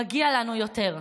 מגיע לנו יותר.